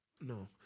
No